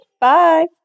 Bye